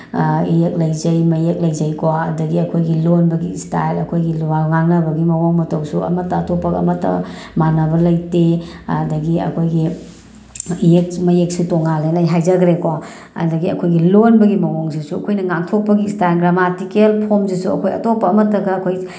ꯏꯌꯦꯛ ꯂꯩꯖꯩ ꯃꯌꯦꯛ ꯂꯩꯖꯩꯀꯣ ꯑꯗꯒꯤ ꯑꯩꯈꯣꯏꯒꯤ ꯂꯣꯟꯕꯒꯤ ꯏꯁꯇꯥꯏꯜ ꯑꯩꯈꯣꯏꯒꯤ ꯋꯥ ꯉꯥꯡꯅꯕꯒꯤ ꯃꯑꯣꯡ ꯃꯇꯧꯁꯨ ꯑꯃꯠꯇ ꯑꯇꯣꯞꯄ ꯑꯃꯠꯇ ꯃꯥꯟꯅꯕ ꯂꯩꯇꯦ ꯑꯗꯒꯤ ꯑꯩꯈꯣꯏꯒꯤ ꯏꯌꯦꯛ ꯃꯌꯦꯛꯁꯨ ꯇꯣꯉꯥꯜꯂꯦꯅ ꯑꯩ ꯍꯥꯏꯖꯈ꯭ꯔꯦꯀꯣ ꯑꯗꯒꯤ ꯑꯩꯈꯣꯏꯒꯤ ꯂꯣꯟꯕꯒꯤ ꯃꯑꯣꯡꯁꯤꯁꯨ ꯑꯩꯈꯣꯏꯅ ꯉꯥꯡꯊꯣꯛꯄꯒꯤ ꯏꯁꯇꯥꯏꯜ ꯒ꯭ꯔꯥꯃꯥꯇꯤꯀꯦꯜ ꯐꯣꯝꯁꯤꯁꯨ ꯑꯩꯈꯣꯏ ꯑꯇꯣꯞꯄ ꯑꯃꯠꯇꯒ ꯑꯩꯈꯣꯏ